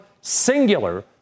singular